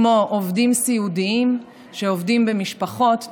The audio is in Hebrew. כמו עובדי סיעוד שעובדים במשפחות,